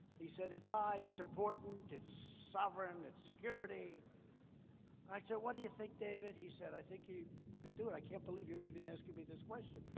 he said, it's high. it's important. it's sovereign, it's security. and i said, what do you think, david? he said, i think you could do it. i can't believe you're even asking me this question.